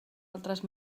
altres